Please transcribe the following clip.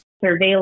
Surveillance